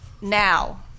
Now